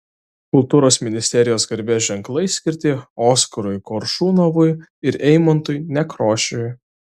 kultūros ministerijos garbės ženklai skirti oskarui koršunovui ir eimuntui nekrošiui